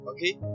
Okay